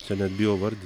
čia net bijau vardyt